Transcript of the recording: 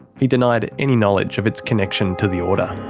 he denied any knowledge of its connection to the order.